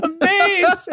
amazing